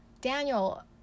Daniel